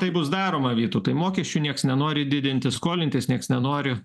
tai bus daroma vytautai mokesčių nieks nenori didinti skolintis nieks nenori